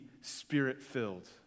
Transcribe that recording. spirit-filled